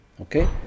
Okay